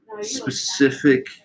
specific